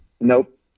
Nope